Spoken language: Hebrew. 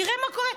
תראה מה קורה.